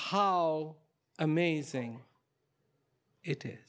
how amazing it is